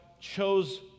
chose